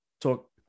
Talk